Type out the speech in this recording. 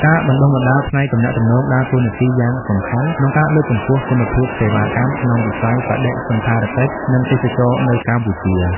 ការបណ្តុះបណ្តាលផ្នែកទំនាក់ទំនងដើរតួនាទីយ៉ាងសំខាន់ក្នុងការលើកកម្ពស់គុណភាពសេវាកម្មក្នុងវិស័យបដិសណ្ឋារកិច្ច និងទេសចរណ៍នៅកម្ពុជា។